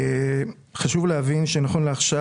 חשוב להבין שנכון לעכשיו,